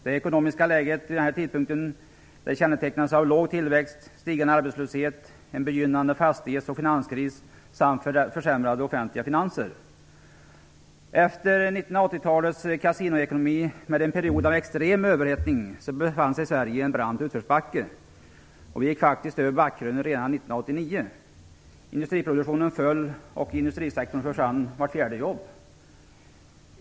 Det ekonomiska läget vid den här tidpunkten kännetecknades av låg tillväxt, stigande arbetslöshet, en begynnande fastighets och finanskris samt försämrade offentliga finanser. Efter 1980-talets kasinoekonomi med en period av extrem överhettning befann sig Sverige i en brant utförsbacke. Vi gick faktiskt över backkrönet redan 1989. Industriproduktionen föll, och i industrisektorn försvann vart fjärde jobb.